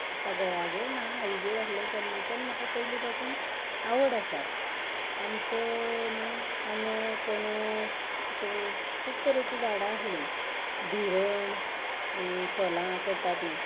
आतां घोवागेर ना आईगेर आसलें तेन्नाच्यान म्हाका पयलीं पासून आवड आसा आमचे न्हय आंबे पणस अशीं खूब तरेचीं झाडां आसलीं बिरण हीं सोलां करता तीं